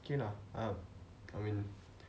okay lah err I mean